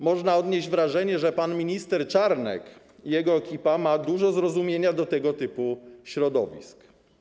Można odnieść wrażenie, że pan minister Czarnek i jego ekipa ma dużo zrozumienia dla tego typu środowisk.